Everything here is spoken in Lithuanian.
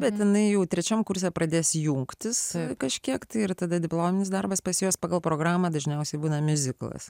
bet jinai jau trečiam kurse pradės jungtis kažkiek tai ir tada diplominis darbas pas juos pagal programą dažniausiai būna miuziklas